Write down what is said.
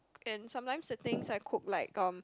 and sometimes the things I cook like um